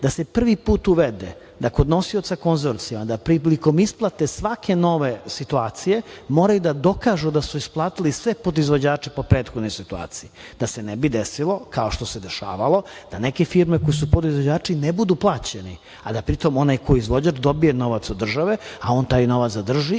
da se prvi put uvede da kod nosioca konzorsa da prilikom isplate svake nove situacije, mora i da dokažu da su isplatili sve podizvođače po prethodnoj situaciji. Da se ne bi desilo kao što se dešavalo da neke firme koje su podizvođači ne budu plaćeni, a da pritom onaj ko je izvođač dobije novac od države, a on taj novac zadrži